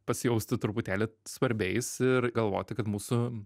pasijausti truputėlį svarbiais ir galvoti kad mūsų